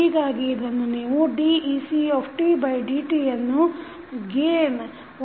ಹೀಗಾಗಿ ಇದನ್ನು ನೀವು decdt ಯನ್ನು ಗೇನ್ 1C ಯೊಂದಿಗೆ ಕೂಡಿಸಿರಿ